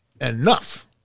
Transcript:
enough